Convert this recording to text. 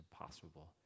impossible